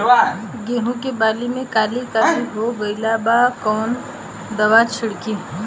गेहूं के बाली में काली काली हो गइल बा कवन दावा छिड़कि?